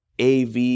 AV